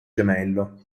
gemello